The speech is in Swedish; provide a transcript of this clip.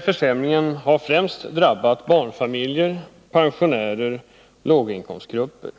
Försämringarna har främst drabbat barnfamiljer, pensionärer och låginkomstgrupper.